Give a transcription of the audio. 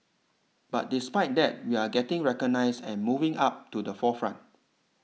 but despite that we are getting recognised and moving up to the forefront